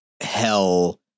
hell